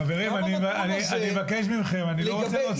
חברים, אני מבקש מכם, אני לא רוצה להוציא אף אחד.